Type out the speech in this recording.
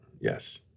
Yes